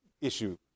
issue